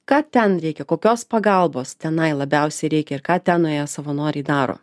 ką ten reikia kokios pagalbos tenai labiausiai reikia ir ką ten nuėję savanoriai daro